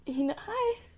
Hi